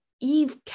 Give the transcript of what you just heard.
Eve